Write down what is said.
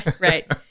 Right